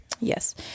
Yes